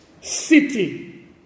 city